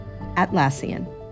Atlassian